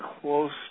close